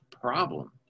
problem